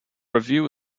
review